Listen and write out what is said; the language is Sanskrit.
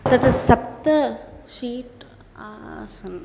तत् सप्त सीट् आसन् र